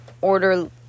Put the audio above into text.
order